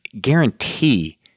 guarantee